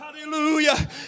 Hallelujah